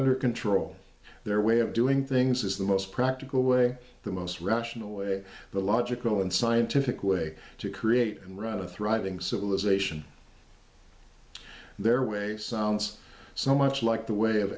under control their way of doing things is the most practical way the most rational way the logical and scientific way to create and run a thriving civilization their way sounds so much like the way of